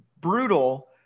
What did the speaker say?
brutal